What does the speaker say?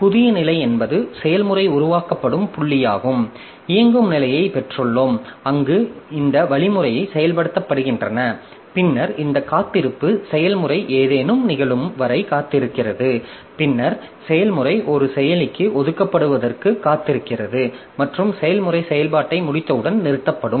புதிய நிலை என்பது செயல்முறை உருவாக்கப்படும் புள்ளியாகும் இயங்கும் நிலையை பெற்றுள்ளோம் அங்கு இந்த வழிமுறைகள் செயல்படுத்தப்படுகின்றன பின்னர் இந்த காத்திருப்பு செயல்முறை ஏதேனும் நிகழும் வரை காத்திருக்கிறது பின்னர் செயல்முறை ஒரு செயலிக்கு ஒதுக்கப்படுவதற்கு காத்திருக்கிறது மற்றும் செயல்முறை செயல்பாட்டை முடித்தவுடன் நிறுத்தப்படும்